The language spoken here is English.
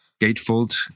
gatefold